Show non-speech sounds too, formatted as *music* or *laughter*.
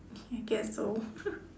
K guess so *laughs*